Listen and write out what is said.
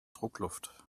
druckluft